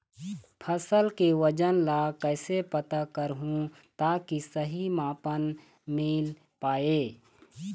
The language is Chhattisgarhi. फसल के वजन ला कैसे पता करहूं ताकि सही मापन मील पाए?